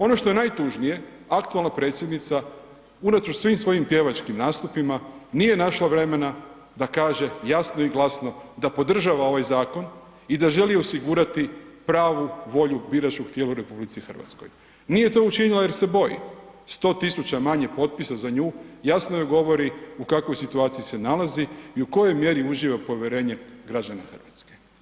Ono što je najtužnije, aktualna predsjednica unatoč svim svojim pjevačkim nastupima nije našla vremena da kaže jasno i glasno da podržava ovaj zakon i da želi osigurati pravu volju biračkog tijela u RH, nije to učinila jer se boji, 100 000 manje potpisa za nju jasno joj govori u kakvoj situaciji se nalazi i u kojoj mjeri uživa povjerenje građana RH.